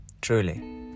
Truly